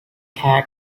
had